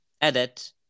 Edit